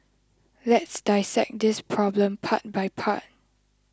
let's dissect this problem part by part